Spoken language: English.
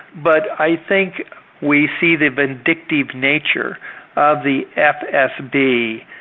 but i think we see the vindictive nature of the fsb.